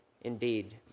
indeed